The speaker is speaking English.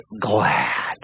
glad